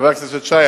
חבר הכנסת שי,